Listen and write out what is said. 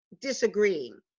disagreeing